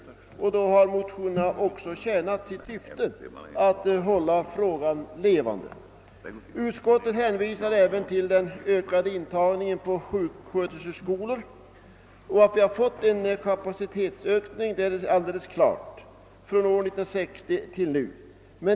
I sådant fall har motionerna tjänat sitt syfte att hålla frågan levande. Utskottet hänvisar även till den ökade intagningen på sjuksköterskeskolor, och att vi fått en kapacitetsökning från år 1960 till nu är alldeles klart.